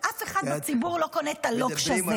אף אחד בציבור לא קונה את הלוקש הזה